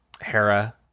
Hera